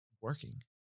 working